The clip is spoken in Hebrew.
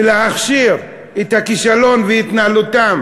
ולהכשיר את הכישלון בהתנהלותן